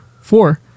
four